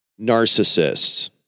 Narcissists